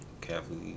Catholic